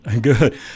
Good